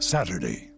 Saturday